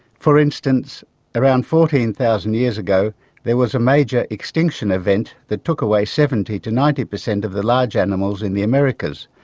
for instance around fourteen thousand years ago there was a major extinction event that took away seventy percent to ninety percent of the large animals in the americas,